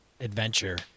adventure